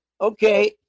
okay